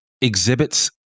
exhibits